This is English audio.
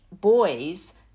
boys